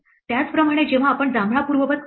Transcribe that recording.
त्याचप्रमाणे जेव्हा आपण जांभळा पूर्ववत करतो